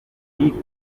umugore